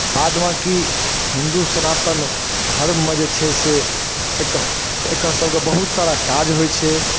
बाद बाँकी हिन्दू सनातन धर्ममे जे छै से एकर एकरसभके बहुत सारा काज होइ छै